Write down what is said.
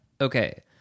Okay